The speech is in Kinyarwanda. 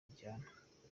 buryana